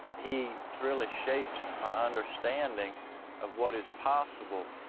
he really shaped my understanding of what is possible.